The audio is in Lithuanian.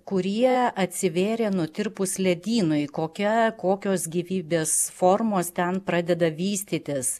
kurie atsivėrė nutirpus ledynui kokia kokios gyvybės formos ten pradeda vystytis